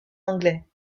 anglais